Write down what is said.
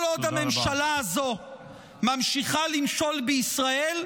כל עוד הממשלה הזו ממשיכה למשול בישראל,